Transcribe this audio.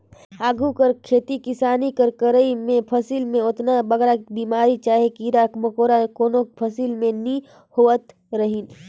आघु कर खेती किसानी कर करई में फसिल में ओतना बगरा बेमारी चहे कीरा मकोरा कोनो फसिल में नी होवत रहिन